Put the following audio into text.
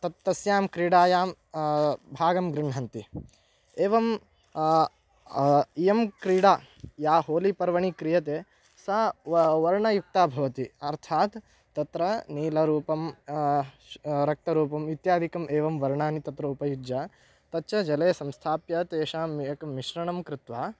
तत्तस्यां क्रीडायां भागं गृह्णन्ति एवं इयं क्रीडा या होलिपर्वणि क्रियते सा व वर्णयुक्ता भवति अर्थात् तत्र नीलरूपं रक्तरूपम् इत्यादिकम् एवं वर्णानि तत्र उपयुज्य तच्च जले संस्थाप्य तेषां एकं मिश्रणं कृत्वा